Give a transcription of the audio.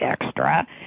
extra